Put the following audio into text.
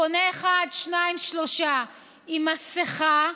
קונה אחד, שניים, שלושה, עם מסכה,